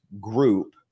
group